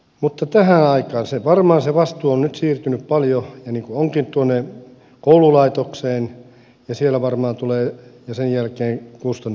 mutta tähän aikaan se vastuu on nyt siirtynyt paljon tuonne koululaitokseen ja siellä siitä varmaan tulee kustannuskysymys